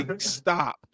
stop